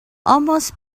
almost